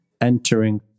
entering